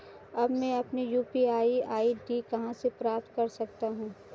अब मैं अपनी यू.पी.आई आई.डी कहां से प्राप्त कर सकता हूं?